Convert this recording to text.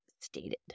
stated